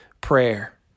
prayer